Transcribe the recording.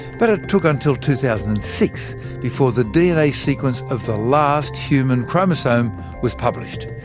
but it took until two thousand and six before the dna sequence of the last human chromosome was published.